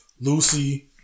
Lucy